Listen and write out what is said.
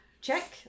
Check